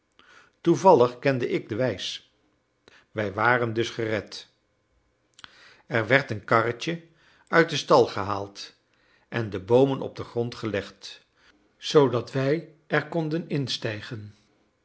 toevallig kende ik de wijs wij waren dus gered er werd een karretje uit den stal gehaald en de boomen op den grond gelegd zoodat wij er konden instijgen